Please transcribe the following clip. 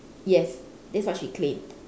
yes that's what she claimed